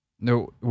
No